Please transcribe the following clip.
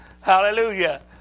Hallelujah